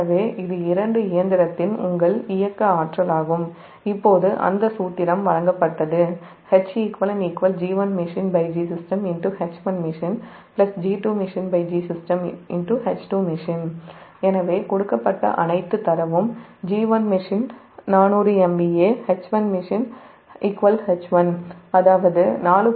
எனவே இது இரண்டு இயந்திரத்தின் உங்கள் இயக்க ஆற்றலாகும் இப்போது அந்த சூத்திரம் வழங்கப்பட்டது எனவே கொடுக்கப்பட்ட அனைத்து தரவும் G1machine 400MVA H1machineH1 அதாவது 4